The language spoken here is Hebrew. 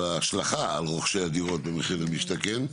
וההשלכה על רוכשי הדירות במחיר למשתכן,